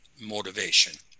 motivation